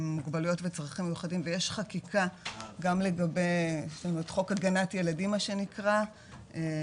מוגבלויות וצרכים מיוחדים ויש חקיקה גם לגבי חוק הגנת ילדים מה שנקרא,